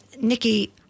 nikki